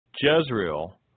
Jezreel